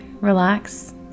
relax